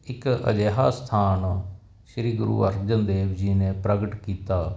ਇੱਕ ਅਜਿਹਾ ਸਥਾਨ ਸ੍ਰੀ ਗੁਰੂ ਅਰਜਨ ਦੇਵ ਜੀ ਨੇ ਪ੍ਰਗਟ ਕੀਤਾ